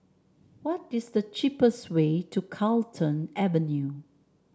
what is the cheapest way to Carlton Avenue